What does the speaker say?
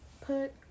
put